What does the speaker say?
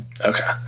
Okay